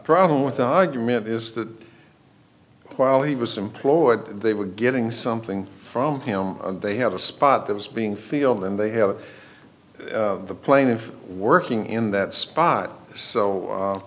problem with the argument is that while he was employed they were getting something from him they have a spot that was being field and they have the plaintiff working in that spot so